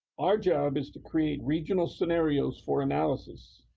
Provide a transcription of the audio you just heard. our job is to create regional scenarios for analysis,